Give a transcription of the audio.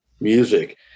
music